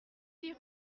six